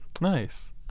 Nice